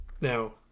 Now